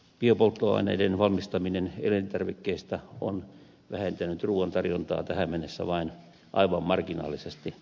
biopolttoaineiden valmistaminen elintarvikkeista on vähentänyt ruuan tarjontaa tähän mennessä vain aivan marginaalisesti